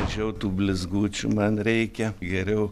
mažiau tų blizgučių man reikia geriau